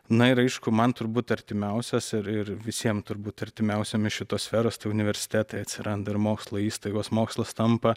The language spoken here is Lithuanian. na ir aišku man turbūt artimiausias ir ir visiem turbūt artimiausiam šitos sferos tai universitetai atsiranda ir mokslo įstaigos mokslas tampa